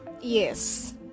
yes